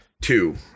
two